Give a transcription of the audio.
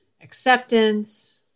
acceptance